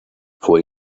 fue